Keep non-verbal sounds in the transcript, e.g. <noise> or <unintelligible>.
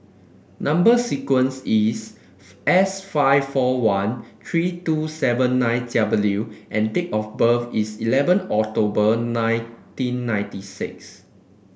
number sequence is <unintelligible> S five four one three two seven nine W and date of birth is eleven October nineteen ninety six